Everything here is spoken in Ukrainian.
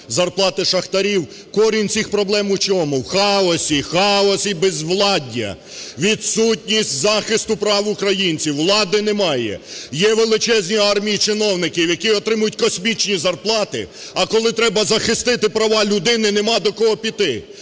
зарплати шахтарів. Корінь цих проблем у чому? В хаосі, хаосі безвладдя. Відсутність захисту прав українців, влади немає, є величезні армії чиновників, які отримують космічні зарплати, а коли треба захистити права людини, нема до кого піти.